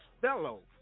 fellow